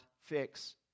fix